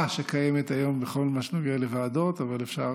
שקיימת היום בכל מה שנוגע לוועדות אבל אפשר